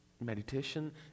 meditation